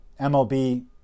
MLB